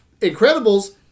Incredibles